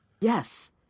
Yes